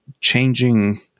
changing